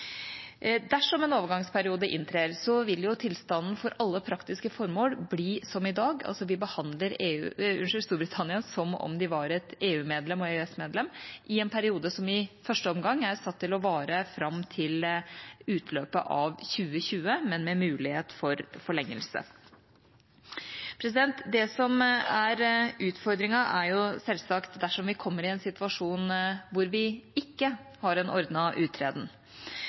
Dersom en overgangsperiode inntrer, vil tilstanden for alle praktiske formål bli som i dag, at vi behandler Storbritannia som om de var et EU- og EØS-medlem i en periode som i første omgang er satt til å vare fram til utløpet av 2020, men med mulighet for forlengelse. Det som er utfordringen, er selvsagt dersom vi kommer i en situasjon hvor vi ikke har en ordnet uttreden.